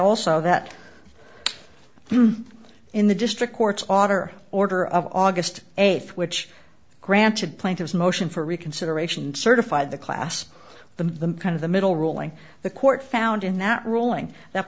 also that in the district courts autor order of august eighth which granted plaintiffs motion for reconsideration certify the class the kind of the middle ruling the court found in that ruling that